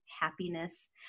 happiness